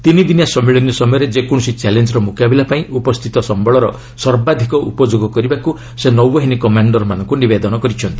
ତିନି ଦିନିଆ ସମ୍ମିଳନୀ ସମୟରେ ଯେକୌଣସି ଚ୍ୟାଲେଞ୍ଜର ମୁକାବିଲା ପାଇଁ ଉପସ୍ଥିତ ସମ୍ବଳର ସର୍ବାଧିକ ଉପଯୋଗ କରିବାକୁ ସେ ନୌବାହିନୀ କମାଶ୍ଡରମାନଙ୍କୁ ନିବେଦନ କରିଛନ୍ତି